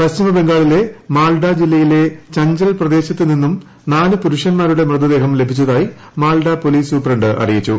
പശ്ചിമബംഗാളിലെ മാൽഡ ജില്ലയിലെ ചഞ്ചൽ പ്രദേശത്തുനിന്നും നാലു പുരുഷൻമാരുടെ മൃതദേഹം ലഭിച്ചതായി മാൽഡ പോലീസ് സൂപ്രണ്ട് അറിയിച്ചു